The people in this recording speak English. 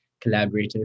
collaborative